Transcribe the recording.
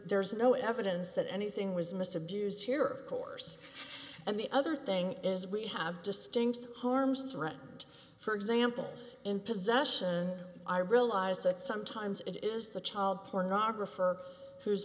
there's no evidence that anything was amiss abuse here of course and the other thing is we have distinct harms threatened for example in possession i realize that sometimes it is the child pornographer who's